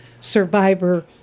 Survivor